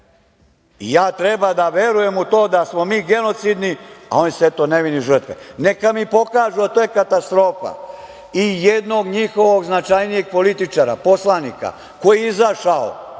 Ja treba da verujem u to da smo mi genocidni, a oni su, eto, nevine žrtve. Neka mi pokažu, ali to je katastrofa, i jednog njihovog značajnijeg političara, poslanika koji je izašao